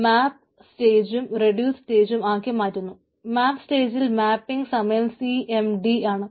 മാപ്പ് സ്റ്റേജിൽ മാപ്പിംഗ് സമയം cmD ആണ്